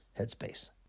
headspace